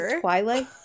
Twilight